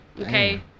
okay